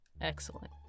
Excellent